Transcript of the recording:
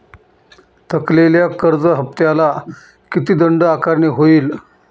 थकलेल्या कर्ज हफ्त्याला किती दंड आकारणी होईल?